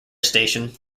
station